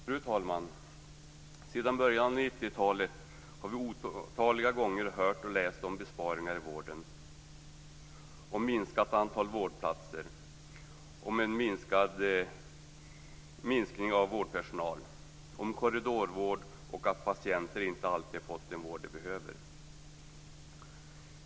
Fru talman! Sedan början av 90-talet har vi otaliga gånger hört och läst om besparingar i vården - om minskat antal vårdplatser, om minskning av vårdpersonalen, om korridorvård och om att patienter inte alltid fått den vård de behöver.